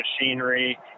machinery